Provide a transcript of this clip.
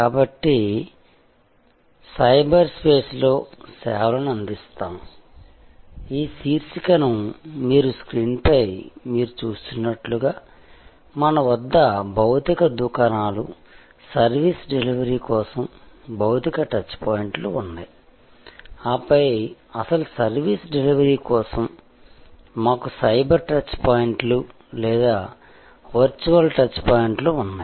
కాబట్టి 'సైబర్స్పేస్లో సేవలను అందిస్తాము' ఈ శీర్షిక ని మీరు స్క్రీన్పై మీరు చూస్తున్నట్లుగా మన వద్ద భౌతిక దుకాణాలు సర్వీస్ డెలివరీ కోసం భౌతిక టచ్పాయింట్లు ఉన్నాయి ఆపై అసలు సర్వీస్ డెలివరీ కోసం మాకు సైబర్ టచ్ పాయింట్లు లేదా వర్చువల్ టచ్ పాయింట్లు ఉన్నాయి